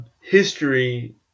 history